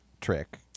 trick